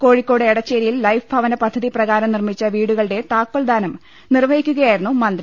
കോഴിക്കോട് എടച്ചേരിയിൽ ലൈഫ് ഭവന പദ്ധതി പ്രകാരം നിർമ്മിച്ച വീടുകളുടെ താക്കോൽദാനം നിർവ്വ ഹിക്കുകയായിരുന്നു മന്ത്രി